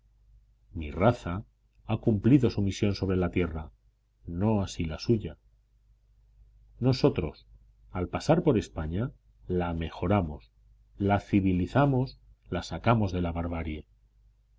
mi raza ha cumplido su misión sobre la tierra no así la tuya nosotros al pasar por españa la mejoramos la civilizamos la sacamos de la barbarie